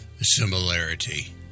similarity